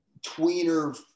tweener